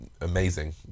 amazing